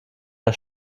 der